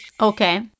Okay